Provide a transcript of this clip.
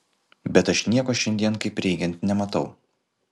bet aš nieko šiandien kaip reikiant nematau